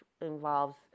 involves